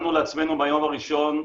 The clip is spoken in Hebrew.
שמנו לעצמנו מהיום הראשון,